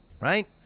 Right